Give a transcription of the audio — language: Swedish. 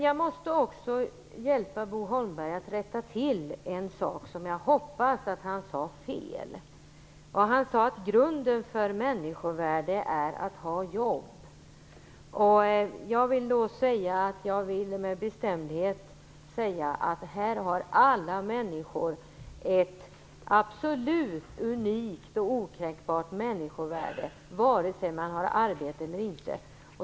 Jag måste också hjälpa Bo Holmberg att rätta till en sak som jag hoppas att han sade fel. Han sade att grunden för människovärde är att ha jobb. Jag vill med bestämdhet säga att alla människor har ett absolut, unikt och okränkbart människovärde vare sig de har arbete eller inte.